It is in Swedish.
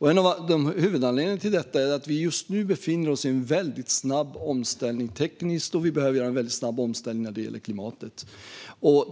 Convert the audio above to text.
En av huvudanledningarna till detta är att vi just nu befinner oss i en väldigt snabb omställning tekniskt och att vi behöver göra en väldigt snabb omställning när det gäller klimatet.